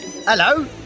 Hello